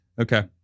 Okay